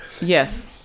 yes